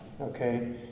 Okay